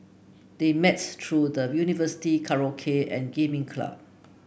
they met through the university karaoke and gaming club